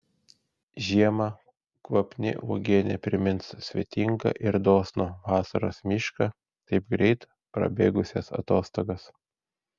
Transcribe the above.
žiemą kvapni uogienė primins svetingą ir dosnų vasaros mišką taip greit prabėgusias atostogas